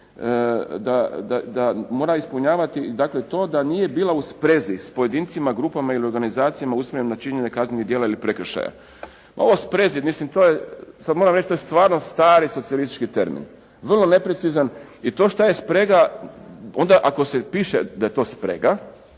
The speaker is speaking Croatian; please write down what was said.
da mora ispunjavati to da nije bila u sprezi s pojedincima, grupama ili organizacijama usmjeren na činjenje kaznenog djela ili prekršaja. Ovo sprezi, mislim to je, sad moram reći to je stvarno stari socijalistički termin vrlo neprecizan i to što je sprega. Onda ako se piše da je to sprega,